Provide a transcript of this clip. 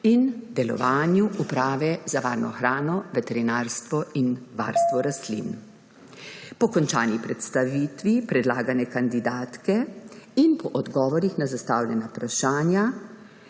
ter delovanju Uprave za varno hrano, veterinarstvo in varstvo rastlin. Po končani predstavitvi predlagane kandidatke in po odgovorih na zastavljena vprašanja